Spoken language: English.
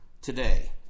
today